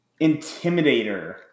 Intimidator